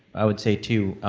i would say two,